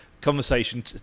conversation